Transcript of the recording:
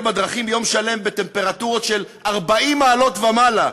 בדרכים יום שלם בטמפרטורות של 40 מעלות ומעלה,